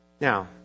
Now